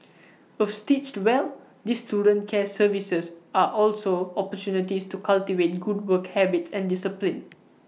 of stitched well these student care services are also opportunities to cultivate good work habits and discipline